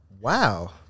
Wow